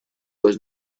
was